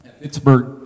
Pittsburgh